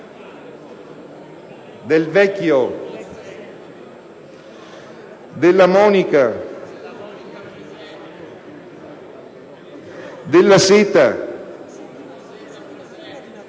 Del Vecchio, Della Monica, Della Seta,